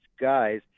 guys